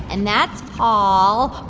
and that's paul. oh,